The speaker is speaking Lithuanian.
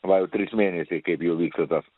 va jau trys mėnesiai kaip jau vyksta tas